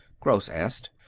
gross asked.